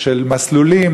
של מסלולים,